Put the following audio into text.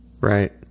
right